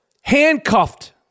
handcuffed